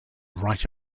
right